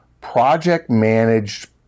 project-managed